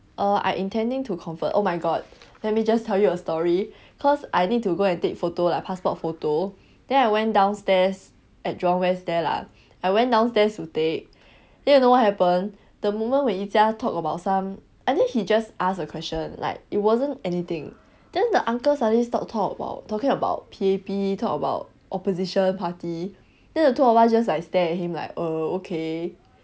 err I intending to convert oh my god let me just tell you a story cause I need to go and take photo lah passport photo then I went downstairs at jurong west there lah I went downstairs to take then you know what happened the moment when yi jia talk about some I think he just ask a question like it wasn't anything then the uncle suddenly stop talk about talking about P_A_P talk about opposition party then the two of us just like stare at him like err okay